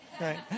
right